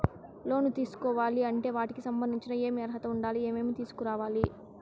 లోను తీసుకోవాలి అంటే వాటికి సంబంధించి ఏమి అర్హత ఉండాలి, ఏమేమి తీసుకురావాలి